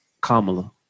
Kamala